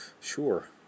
Sure